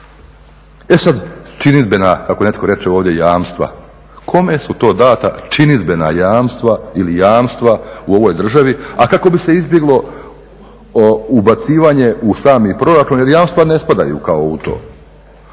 E sad, činidbena kako netko reče ovdje jamstva. Kome su to dana činidbena jamstva ili jamstva u ovoj državi a kako bi se izbjeglo ubacivanje u sami proračun jer jamstva ne spadaju kao u to.